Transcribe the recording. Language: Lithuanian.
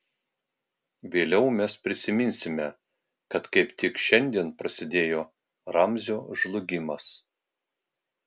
vėliau mes prisiminsime kad kaip tik šiandien prasidėjo ramzio žlugimas